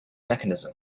mechanism